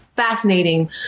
fascinating